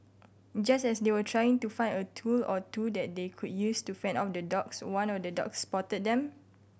just as they were trying to find a tool or two that they could use to fend off the dogs one of the dogs spotted them